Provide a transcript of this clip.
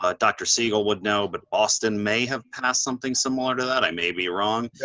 ah dr. siegel would know, but boston may have passed something similar to that. i may be wrong.